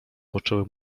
poczęły